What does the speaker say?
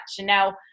now